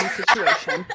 situation